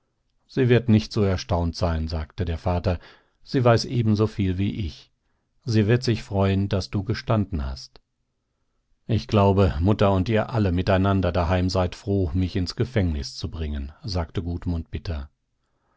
sie wird nicht so erstaunt sein sagte der vater sie weiß ebensoviel wie ich sie wird sich freuen daß du gestanden hast ich glaube mutter und ihr alle miteinander daheim seid froh mich ins gefängnis zu bringen sagte gudmund bitter